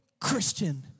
Christian